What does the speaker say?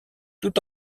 tout